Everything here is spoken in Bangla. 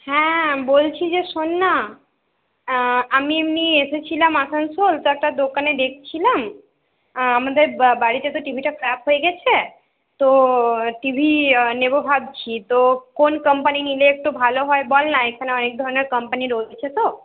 হ্যাঁ বলছি যে শোন না আমি এমনি এসেছিলাম আসানসোল তা একটা দোকানে দেখছিলাম আমাদের বাড়িতে তো টিভিটা খারাপ হয়ে গেছে তো টিভি নেবো ভাবছি তো কোন কোম্পানি নিলে একটু ভালো হয় বল না এইখানে অনেক ধরণের কোম্পানি রয়েছে তো